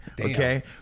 okay